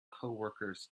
coworkers